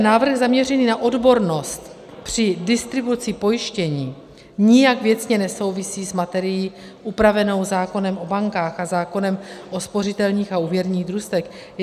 Návrh zaměřený na odbornost při distribuci pojištění nijak věcně nesouvisí s materií upravenou zákonem o bankách a zákonem o spořitelních a úvěrních družstvech.